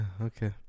okay